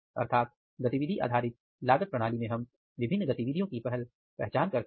अर्थात गतिविधि आधारित लागत प्रणाली में हम विभिन्न गतिविधियों को पहले पहचानते हैं